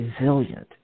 resilient